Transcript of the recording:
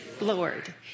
Lord